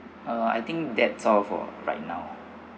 uh I think that's all for right now